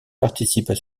participent